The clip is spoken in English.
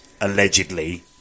allegedly